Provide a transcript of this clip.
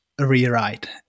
rewrite